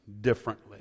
differently